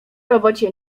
robocie